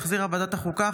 שהחזירה ועדת החוקה,